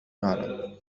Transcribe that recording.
يعلم